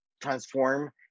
transform